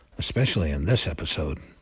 especially in this episode.